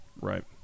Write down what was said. Right